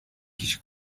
kişi